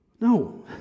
No